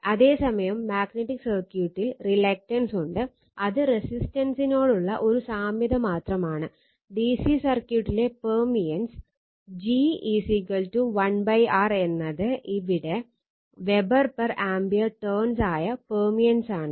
ഇനി ∅ യഥാർത്ഥത്തിൽ ഡിസി സർക്യൂട്ടുകളിലെ g 1 R എന്നത് ഇവിടെ വെബർ പെർ ആമ്പിയർ ടേണ്സ് ആയ പെർമിയൻസ് ആണ്